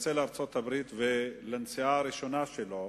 יוצא לארצות-הברית לנסיעה ראשונה שלו,